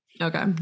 Okay